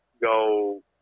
go